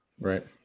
right